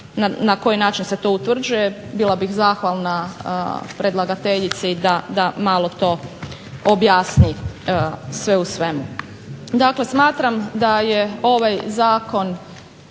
na koji način se to utvrđuje, bila bih zahvalna predlagateljici da malo to objasni, sve u svemu. Dakle, smatram da je ovaj zakon